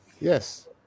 Yes